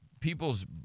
people's